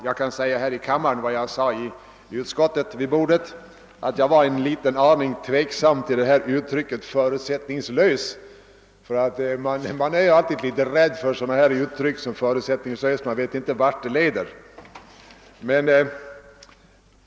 Jag kan säga här i kammaren vad jag sade i utskottet, nämligen att jag var en aning tveksam till uttrycket »förutsättningslös»; man är alltid litet rädd för sådana uttryck — man vet inte vart de leder.